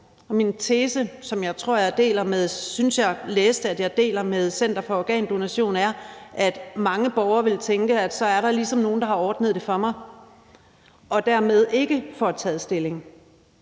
Min tese, som jeg synes jeg læste jeg deler med Dansk Center for Organdonation, er, at mange borgere vil tænke, at så er der ligesom nogen, der har ordnet det for dem, og dermed ikke får taget stilling.